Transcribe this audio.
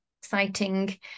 exciting